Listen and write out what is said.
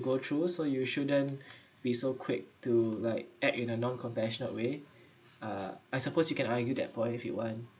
go through so you shouldn't be so quick to like add in a non conventional way uh I suppose you can argue that point if you want